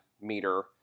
meter